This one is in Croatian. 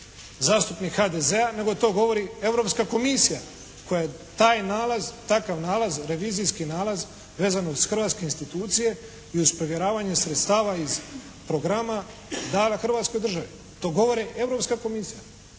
zastupnik HDZ-a nego to govori Europska komisija koja je taj nalaz, takav nalaz, revizijski nalaz vezano uz hrvatske institucije i uz provjeravanje sredstava iz programa dala hrvatskoj državi. To govori Europska komisija.